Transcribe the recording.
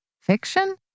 Fiction